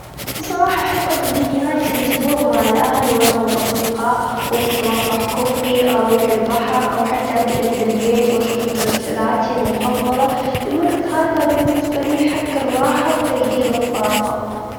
بصراحة أحب أقظي نهاية الأسبوع مع الأهل وأنا والأصدقاء ممكن أطلع كوفي أروح البحر أو حتى اجعد بالبيت، واشوف مسلسلاتي المفظلة الوجت هذا بالنسبة لي حج الراحة وتجديد الطاقة.